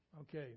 Okay